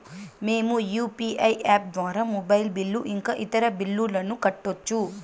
మేము UPI app ద్వారా mobile bill ఇంకా ఇతర బిల్లులను కట్టొచ్చు